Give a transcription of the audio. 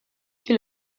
qui